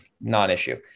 non-issue